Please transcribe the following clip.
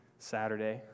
Saturday